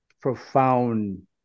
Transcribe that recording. profound